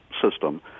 system